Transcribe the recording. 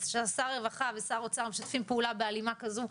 ששר רווחה ושר אוצר משתפים פעולה בהלימה כזו,